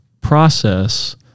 process